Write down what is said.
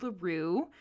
LaRue